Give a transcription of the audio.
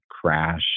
crash